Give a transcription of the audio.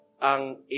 ang